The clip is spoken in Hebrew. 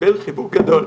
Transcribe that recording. וקיבל חיבוק גדול.